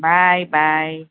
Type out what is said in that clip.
bye bye